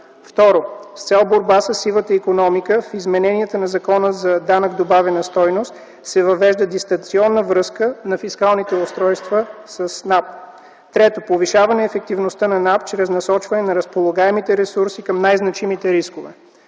Второ, с цел борба със сивата икономика в измененията на Закона за данък добавена стойност се въвежда дистанционна връзка на фискалните устройства с НАП. Трето, повишаване ефективността на НАП чрез насочване на разполагаемите ресурси към най-значимите рискове.